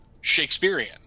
Shakespearean